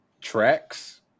tracks